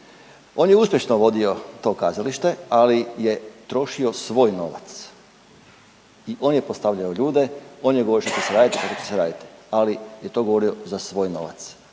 On je uspješno vodio to kazalište, ali je trošio svoj novac i on je postavljao ljude, on je govorio što će se raditi i kako će se raditi, ali je to govorio za svoj novac,